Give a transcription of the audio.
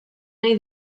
nahi